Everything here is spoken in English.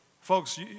Folks